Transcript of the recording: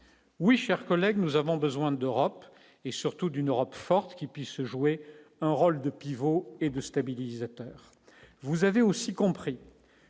oui, chers collègues, nous avons besoin d'Europe et surtout d'une Europe forte qui puisse jouer un rôle de pivot et de stabilisateur, vous avez aussi compris